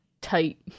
Tight